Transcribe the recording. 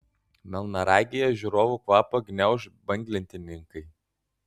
melnragėje žiūrovų kvapą gniauš banglentininkai